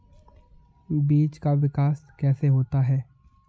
बीज का विकास कैसे होता है?